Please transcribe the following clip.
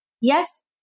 Yes